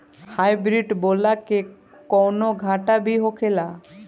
Hybrid बोला के कौनो घाटा भी होखेला?